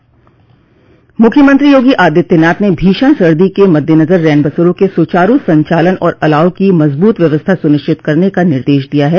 मुख्यमंत्री योगी आदित्यनाथ ने भीषण सर्दी के मद्देनजर रैनबसेरों के सुचारू संचालन और अलाव की मजबूत व्यवस्था सुनिश्चित करने का निर्देश दिया है